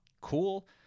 cool